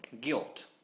Guilt